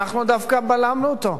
אנחנו דווקא בלמנו אותו,